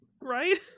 Right